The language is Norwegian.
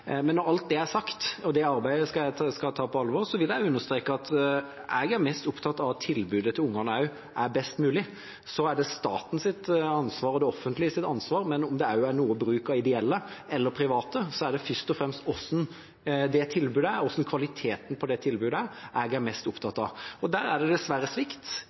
Men når alt det er sagt – og det arbeidet skal jeg ta på alvor – vil jeg understreke at jeg er mest opptatt av at tilbudet til ungene er best mulig. Det er statens og det offentliges ansvar, men om det også er noe bruk av ideelle eller private, er det først og fremst hvordan det tilbudet er, og hvordan kvaliteten på det tilbudet er, jeg er mest opptatt av. Der er det dessverre svikt,